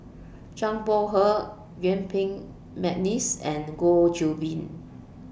Zhang Bohe Yuen Peng Mcneice and Goh Qiu Bin